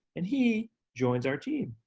and he joins our team.